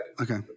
Okay